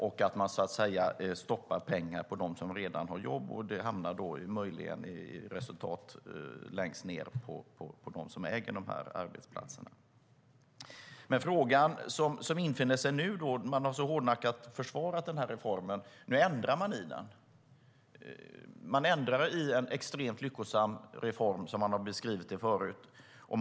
Man stoppar så att säga pengar på dem som redan har jobb, och de hamnar då möjligen i resultat längst ned hos dem som äger de här arbetsplatserna. Efter att man så hårdnackat har försvarat den här reformen ändrar man nu i den. Man ändrar i det som man förut beskrivit som en extremt lyckosam reform.